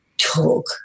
Talk